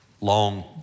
long